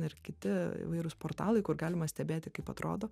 ir kiti įvairūs portalai kur galima stebėti kaip atrodo